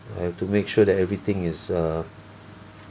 I have to make sure that everything is err